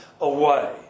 away